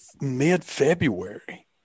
mid-February